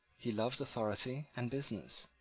he loved authority and business.